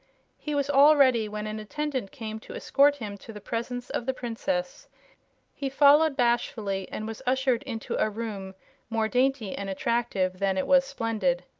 he was all ready when an attendant came to escort him to the presence of the princess he followed bashfully and was ushered into a room more dainty and attractive than it was splendid.